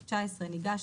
ניגש,